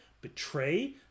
betray